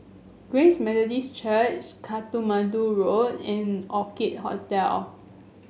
Grace Methodist Church Katmandu Road and Orchid Hotel